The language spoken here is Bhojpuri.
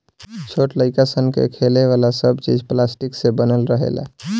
छोट लाइक सन के खेले वाला सब चीज़ पलास्टिक से बनल रहेला